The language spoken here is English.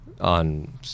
on